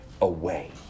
away